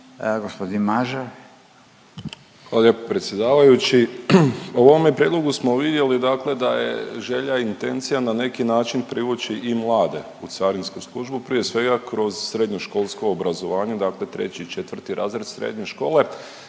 (HDZ)** Hvala lijepo predsjedavajući. U ovome prijedlogu smo vidjeli dakle da je želja i intencija na neki način privući i mlade u carinsku službu, prije svega kroz srednjoškolsko obrazovanje, dakle 3. i 4. razred srednje škole.